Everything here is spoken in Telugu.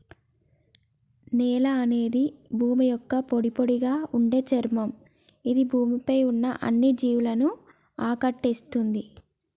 నేల అనేది భూమి యొక్క పొడిపొడిగా ఉండే చర్మం ఇది భూమి పై ఉన్న అన్ని జీవులను ఆకటేస్తుంది